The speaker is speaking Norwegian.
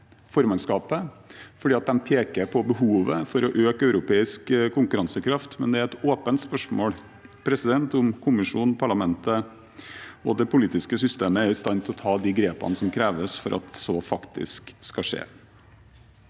for de peker på behovet for å øke europeisk konkurransekraft. Men det er et åpent spørsmål om kommisjonen, parlamentet og det politiske systemet er i stand til å ta de grepene som kreves for at så faktisk skal skje.